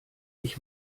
ich